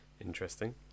interesting